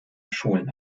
schulen